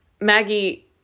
Maggie